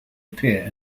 appear